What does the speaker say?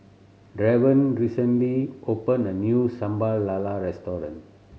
Draven recently opened a new Sambal Lala restaurant